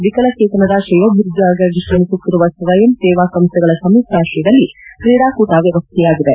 ವಿಕಲಣೇತನರ ತ್ರೇಯೋಭಿವೃದ್ಧಿಗಾಗಿ ತ್ರಮಿಸುತ್ತಿರುವ ಸ್ವಯಂ ಸೇವಾಸಂಸ್ಥೆಗಳ ಸಂಯುಕ್ತಾಶ್ರಯದಲ್ಲಿ ಕ್ರೀಡಾಕೂಟ್ ವ್ಯವಸ್ಥೆಯಾಗಿದೆ